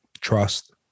trust